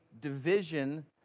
division